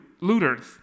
looters